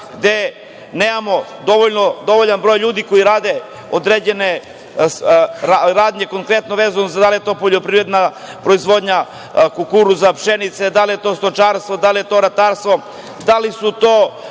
gde nemamo dovoljan broj ljudi koji rade određene radnje konkretno vezano za poljoprivrednu proizvodnju, proizvodnju kukuruza, pšenice, da li je to stočarstvo, da li je to ratarstvo, da li je to